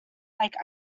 like